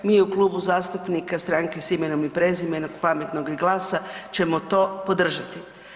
Mi u Kluba zastupnika Stranke s imenom i prezimenom, Pametnog i GLAS-a ćemo to podržati.